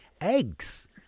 Eggs